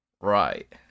Right